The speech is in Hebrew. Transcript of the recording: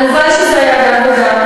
הלוואי שזה היה גם וגם.